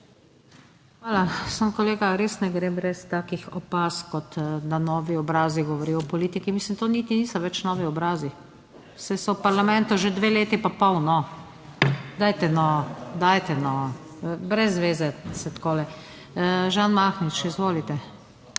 Hvala. Samo kolega, res ne gre brez takih opazk. Kot novi obrazi govori o politiki, mislim, to niti niso več novi obrazi, saj so v parlamentu že dve leti pa pol, dajte no, dajte no, brez zveze se takole. Žan Mahnič, izvolite.